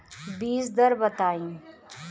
बीज दर बताई?